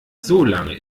solange